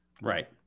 right